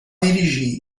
dirigir